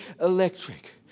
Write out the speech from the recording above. electric